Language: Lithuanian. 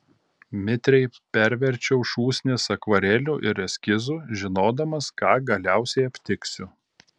mitriai perverčiau šūsnis akvarelių ir eskizų žinodamas ką galiausiai aptiksiu